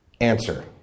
answer